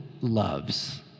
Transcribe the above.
loves